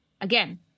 Again